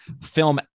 Film